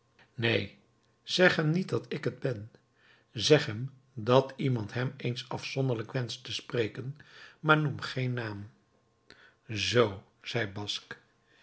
zeg hem niet dat ik het ben zeg hem dat iemand hem eens afzonderlijk wenscht te spreken maar noem geen naam zoo zei basque